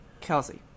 Kelsey